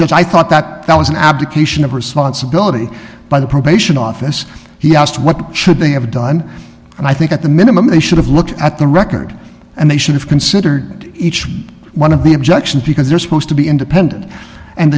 judge i thought that that was an abdication of responsibility by the probation office he asked what should they have done and i think at the minimum they should have looked at the record and they should have considered each one of the objections because they're supposed to be independent and